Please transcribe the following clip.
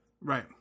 Right